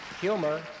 humor